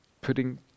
putting